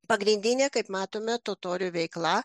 pagrindinė kaip matome totorių veikla